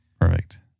Perfect